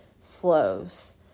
flows